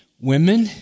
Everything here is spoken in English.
Women